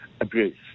abuse